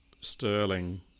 Sterling